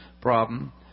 problem